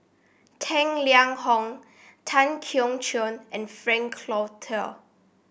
Tang Liang Hong Tan Keong Choon and Frank Cloutier